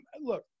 Look